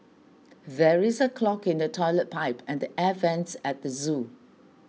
there is a clog in the Toilet Pipe and Air Vents at the zoo